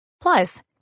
Plus